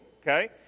Okay